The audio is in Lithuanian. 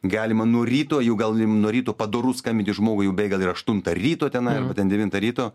galima nuo ryto jau gal nuo ryto padoru skambinti žmogui jau beveik gal ir aštuntą ryto tenai arba ten devintą ryto